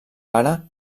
pare